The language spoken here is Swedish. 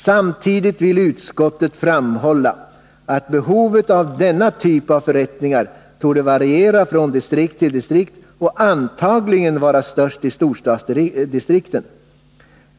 Samtidigt vill utskottet framhålla att behovet av denna typ av förrättningar torde variera från distrikt till distrikt och antagligen vara störst i storstadsdistrikten.